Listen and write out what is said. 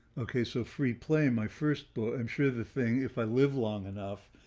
okay, so free play my first book, i'm sure the thing if i live long enough,